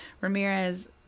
Ramirez